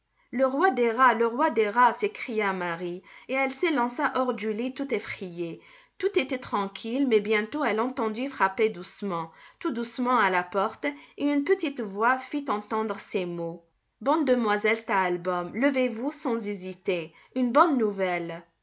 le roi des rats le roi des rats s'écria marie et elle s'élança hors du lit tout effrayée tout était tranquille mais bientôt elle entendit frapper doucement tout doucement à la porte et une petite voix fit entendre ces mots bonne demoiselle stahlbaûm levez-vous sans hésiter une bonne nouvelle